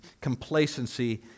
complacency